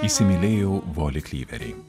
įsimylėjau volį klyverį